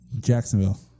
Jacksonville